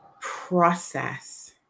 process